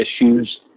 issues